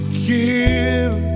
give